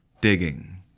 digging